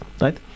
right